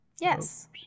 yes